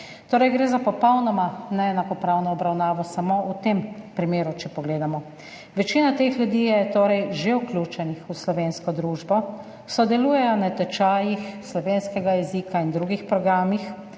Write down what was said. torej za popolnoma neenakopravno obravnavo, samo v tem primeru, če pogledamo. Večina teh ljudi je torej že vključenih v slovensko družbo, sodelujejo na tečajih slovenskega jezika in v drugih programih,